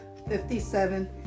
57